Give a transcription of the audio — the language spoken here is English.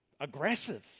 aggressive